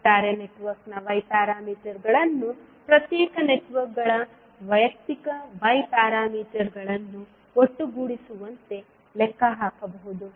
ಒಟ್ಟಾರೆ ನೆಟ್ವರ್ಕ್ನ y ಪ್ಯಾರಾಮೀಟರ್ಗಳನ್ನು ಪ್ರತ್ಯೇಕ ನೆಟ್ವರ್ಕ್ಗಳ ವೈಯಕ್ತಿಕ y ಪ್ಯಾರಾಮೀಟರ್ಗಳನ್ನು ಒಟ್ಟುಗೂಡಿಸುವಂತೆ ಲೆಕ್ಕಹಾಕಬಹುದು